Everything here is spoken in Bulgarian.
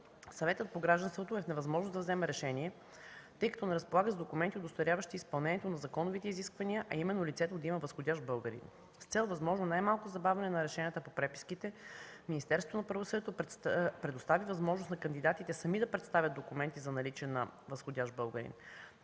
Съветът по гражданството е в невъзможност да вземе решение, тъй като не разполага с документи, удостоверяващи изпълнението на законовите изисквания, а именно лицето да има възходящ българин. С цел възможно най-малко забавяне на решенията по преписките, Министерството на правосъдието предостави възможност на кандидатите сами да представят документи за наличие на възходящ българин.